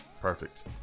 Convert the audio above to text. Perfect